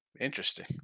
Interesting